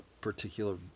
particular